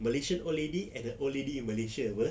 malaysian old lady and a old lady in malaysia apa